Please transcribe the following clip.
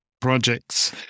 projects